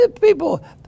people